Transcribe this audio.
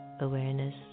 awareness